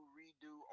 redo